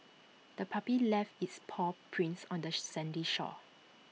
the puppy left its paw prints on the sandy shore